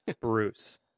Bruce